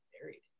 married